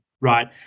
right